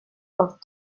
off